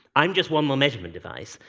i'm just one more measuring device.